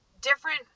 different